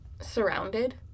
Surrounded